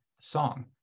song